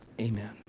amen